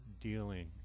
dealing